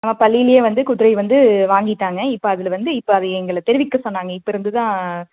நம்ம பள்ளியிலியே வந்து குதிரை வந்து வாங்கிட்டாங்க இப்போ அதில் வந்து இப்போ அது எங்களை தெரிவிக்க சொன்னாங்க இப்போருந்து தான்